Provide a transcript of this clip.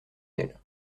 d’elle